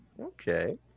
Okay